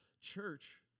Church